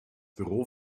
büro